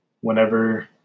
whenever